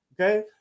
okay